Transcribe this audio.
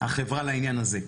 החברה לעניין הזה.